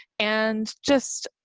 and just,